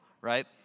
right